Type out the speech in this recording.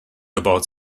about